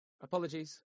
Apologies